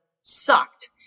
sucked